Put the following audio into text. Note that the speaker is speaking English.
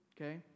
Okay